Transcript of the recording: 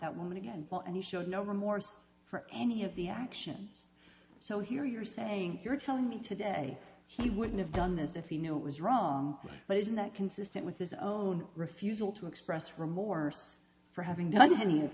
that woman again well and he showed no remorse for any of the actions so here you are saying you're telling me today he wouldn't have done it if he knew it was wrong but isn't that consistent with his own refusal to express remorse for having done any of